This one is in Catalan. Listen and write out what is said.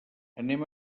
anem